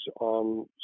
on